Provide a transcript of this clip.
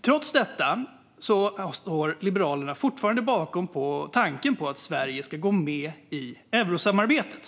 Trots detta står Liberalerna fortfarande bakom tanken på att Sverige ska gå med i eurosamarbetet.